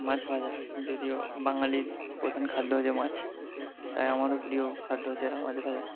মাছ ভাজা যদিও বাঙালির প্রধান খাদ্য হচ্ছে মাছ তাই আমারও প্রিয় খাদ্য হচ্ছে যে মাছ ভাজা